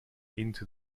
into